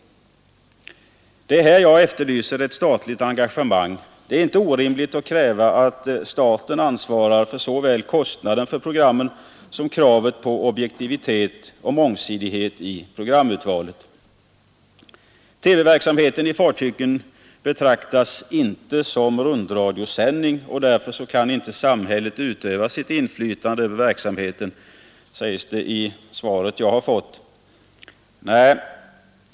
Det är här jag efterlyser ett statligt engagemang. Det är inte orimligt att kräva att staten ansvarar för såväl kostnaden för programmet som för objektiviteten och mångsidigheten i programvalet. TV-verksamheten i fartygen betraktas inte som rundradiosändningar, och därför kan inte samhället utöva något inflytande över verksamheten, sägs det i svaret.